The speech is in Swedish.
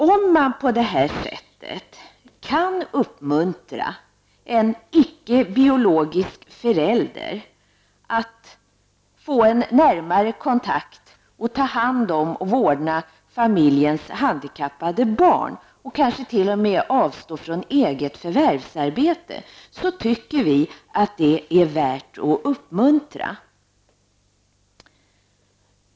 Om man på det här sättet kan uppmuntra en icke biologisk förälder att skapa en närmare kontakt med och ta hand om och vårda familjens handikappade barn, och kanske t.o.m. avstå från eget förvärvsarbete, så tycker vi att det är värt att uppmuntra.